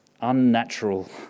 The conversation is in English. unnatural